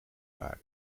bui